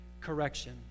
correction